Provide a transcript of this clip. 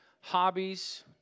hobbies